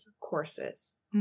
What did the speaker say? courses